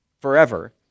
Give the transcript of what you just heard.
forever